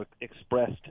expressed